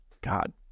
God